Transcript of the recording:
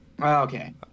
Okay